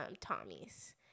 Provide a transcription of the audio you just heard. Tommy's